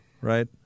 right